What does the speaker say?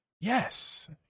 Yes